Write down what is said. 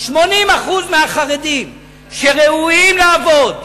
80% מהחרדים שראויים לעבוד,